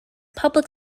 public